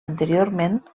anteriorment